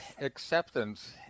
acceptance